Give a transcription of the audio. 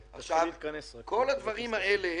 כל הדברים האלה